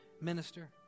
minister